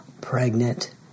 pregnant